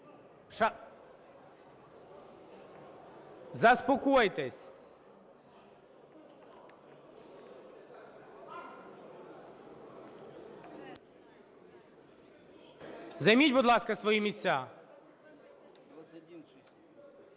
Заспокойтесь! Займіть, будь ласка, свої місця.